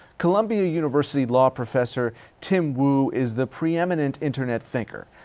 columbia university law professor tim wu is the preeminent internet thinker.